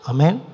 Amen